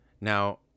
Now